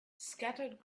scattered